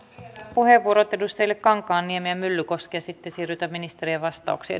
puheenvuorot edustajille kankaanniemi ja myllykoski ja sitten siirrytään ministerien vastauksiin